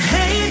Hey